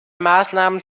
maßnahmen